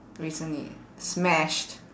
recently smashed